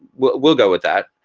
we'll we'll go with that.